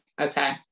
okay